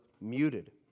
muted